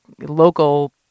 local